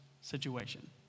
situation